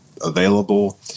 available